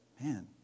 man